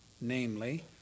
namely